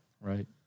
Right